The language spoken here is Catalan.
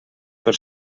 per